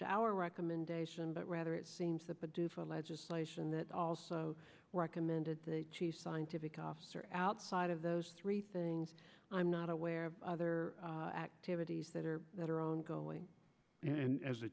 to our recommendation but rather it seems that the due for legislation that also recommended the chief scientific officer outside of those three things i'm not aware of other activities that are that are ongoing and as